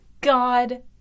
god